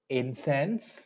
incense